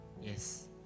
Yes